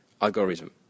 algorithm